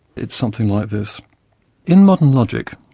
it's something like this in modern logic,